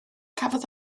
cafodd